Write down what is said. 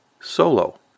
solo